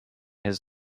his